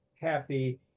happy